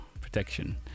protection